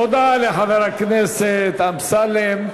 תודה לחבר הכנסת אמסלם.